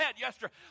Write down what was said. yesterday